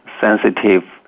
sensitive